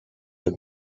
have